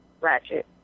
ratchet